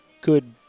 good